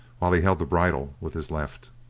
while he held the bridle with his left.